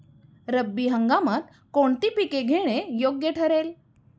रब्बी हंगामात कोणती पिके घेणे योग्य ठरेल?